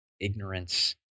ignorance